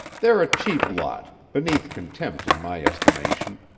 they're a cheap lot, beneath contempt in my estimation.